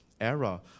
era